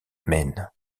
maine